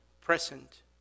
present